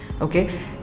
okay